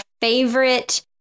favorite